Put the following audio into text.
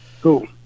Cool